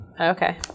Okay